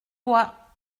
bois